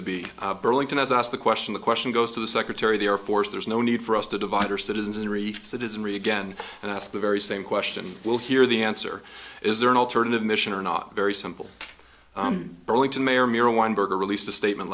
to be burlington as i asked the question the question goes to the secretary of the air force there's no need for us to divide or citizenry citizenry again and ask the very same question we'll hear the answer is there an alternative mission or not very simple burlington mayor miro one burger released a statement